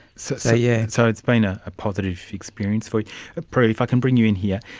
so so yeah so it's been a positive experience for you. ah prue, if i could bring you in here,